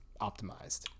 optimized